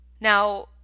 Now